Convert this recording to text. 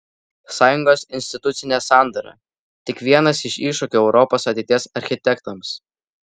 sąjungos institucinė sandara tik vienas iš iššūkių europos ateities architektams